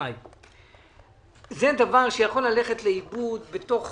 מאי גולן, זה דבר שיכול ללכת לאיבוד בתוך